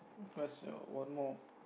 where's your one more